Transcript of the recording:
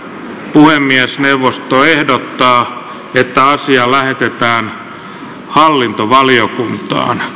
puhemiesneuvosto ehdottaa että asia lähetetään hallintovaliokuntaan